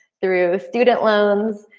through student loans,